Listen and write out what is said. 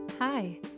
Hi